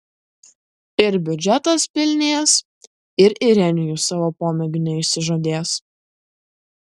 ir biudžetas pilnės ir irenijus savo pomėgių neišsižadės